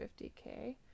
50k